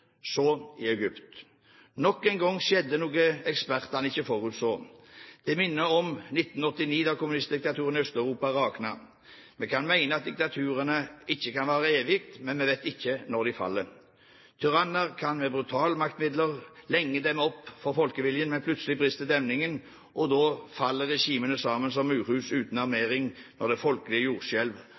så i Egypt. Nok en gang skjedde noe ekspertene ikke forutså. Det minner om 1989, da kommunistdiktaturene i Øst-Europa raknet. Vi kan mene at diktaturene ikke kan vare evig, men vi vet ikke når de faller. Tyranner kan med brutale maktmidler lenge demme opp for folkeviljen, men plutselig brister demningen. Da faller regimene sammen som murhus uten armering, når det